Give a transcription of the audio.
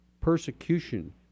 persecution